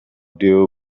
deal